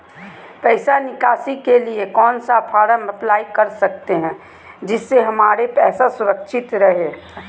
पैसा निकासी के लिए कौन सा फॉर्म अप्लाई कर सकते हैं जिससे हमारे पैसा सुरक्षित रहे हैं?